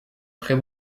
très